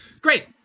Great